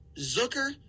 Zucker